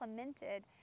implemented